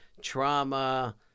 trauma